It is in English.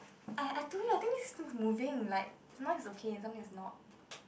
I I told you I think this is still moving like mine is okay sometimes it's not